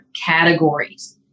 categories